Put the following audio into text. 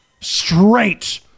straight